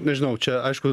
nežinau čia aišku